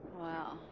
Wow